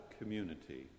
community